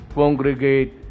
congregate